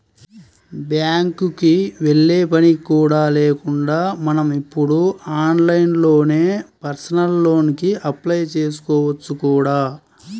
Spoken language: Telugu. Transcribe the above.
బ్యాంకుకి వెళ్ళే పని కూడా లేకుండా మనం ఇప్పుడు ఆన్లైన్లోనే పర్సనల్ లోన్ కి అప్లై చేసుకోవచ్చు కూడా